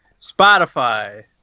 Spotify